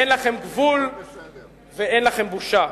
אין לכם גבול ואין לכם בושה.